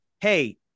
hey